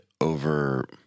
over